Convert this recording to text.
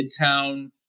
midtown